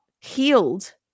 healed